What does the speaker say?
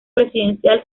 presidencial